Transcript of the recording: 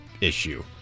issue